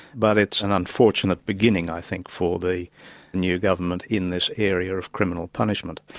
but it's an unfortunate beginning i think for the new government in this area of criminal punishment.